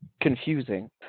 Confusing